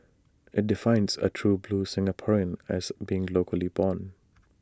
IT defines A true blue Singaporean as being locally born